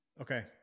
Okay